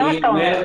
זה מה שאתה אומר.